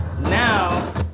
now